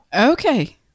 Okay